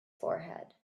forehead